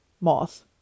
moth